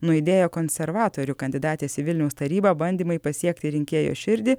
nuaidėjo konservatorių kandidatės į vilniaus tarybą bandymai pasiekti rinkėjo širdį